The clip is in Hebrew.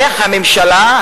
איך הממשלה,